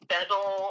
Bezel